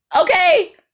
Okay